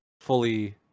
fully